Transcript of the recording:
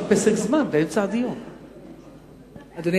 אדוני